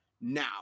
Now